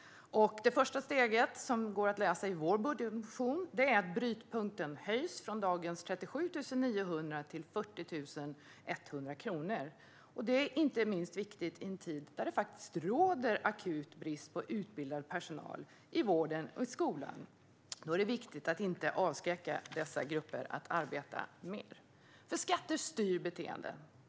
Det första steget, som går att läsa i vår budgetmotion, är att brytpunkten höjs från dagens 37 900 till 40 100 kronor. Det är inte minst viktigt i en tid då det faktiskt råder akut brist på utbildad personal i vården och i skolan. Då är det viktigt att inte avskräcka dessa grupper från att arbeta mer, för skatter styr beteenden.